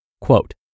Quote